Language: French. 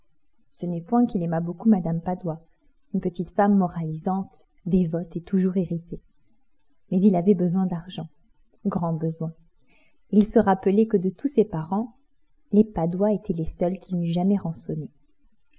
ce n'est point qu'il aimât beaucoup mme padoie une petite femme moralisante dévote et toujours irritée mais il avait besoin d'argent grand besoin et il se rappelait que de tous ses parents les padoie étaient les seuls qu'il n'eût jamais rançonnés